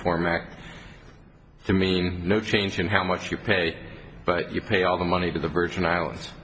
reform act to mean no change in how much you pay but you pay all the money to the virgin islands